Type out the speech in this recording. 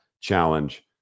challenge